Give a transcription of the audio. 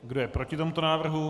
Kdo je proti tomuto návrhu?